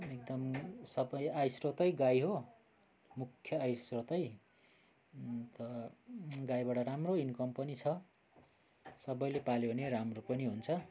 एकदम सबै आय स्रोतै गाई हो मुख्य आय स्रोतै अन्त गाईबाट राम्रो इनकम पनि छ सबैले पाल्यो भने राम्रो पनि हुन्छ